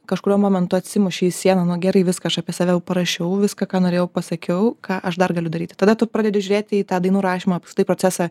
kažkuriuo momentu atsimuši į sieną nu gerai viską aš apie save parašiau viską ką norėjau pasakiau ką aš dar galiu daryti tada tu pradedi žiūrėti į tą dainų rašymo procesą